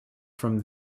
from